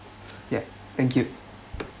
ya thank you